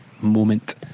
moment